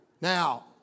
Now